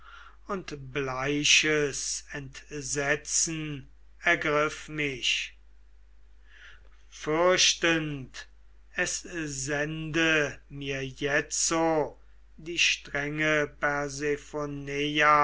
und bleiches entsetzen ergriff mich fürchtend es sende mir jetzo die strenge